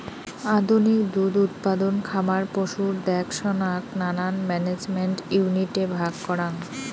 আধুনিক দুধ উৎপাদন খামার পশুর দেখসনাক নানান ম্যানেজমেন্ট ইউনিটে ভাগ করাং